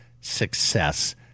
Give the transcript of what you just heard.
success